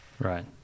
Right